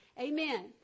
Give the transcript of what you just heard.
Amen